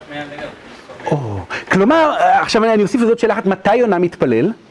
כלומר, עכשיו אני אוסיף לזאת שאלה אחת, מתי יונה מתפלל?